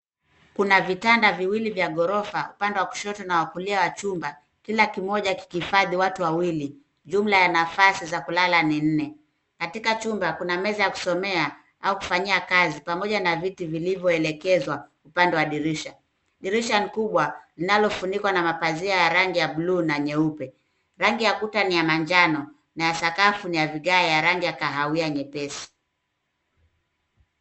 Kuna vitanda viwili vya ghorofa, upande wa kushoto na wa kulia wa chumba, kila kimoja kikihifadhi watu wawili. Jumla ya nafasi za kulala ni nne. Katika chumba, kuna meza ya kusomea au kufanyia kazi pamoja na viti vilivyoelekezwa upande wa dirisha. Dirisha ni kubwa linalofunikwa na mapazia ya rangi ya bluu na nyeupe. Rangi ya kuta ni ya manjano na ya sakafu ni ya vigae ya rangi ya kahawia nyepesi.